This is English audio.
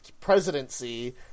presidency